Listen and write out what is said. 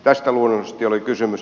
tästä luonnollisesti oli kysymys